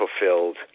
fulfilled